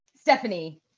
stephanie